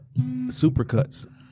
supercuts